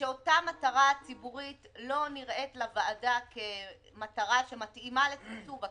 ושאותה מטרה ציבורית לא נראית לוועדה כמטרה שמתאימה לתקצוב עקיף?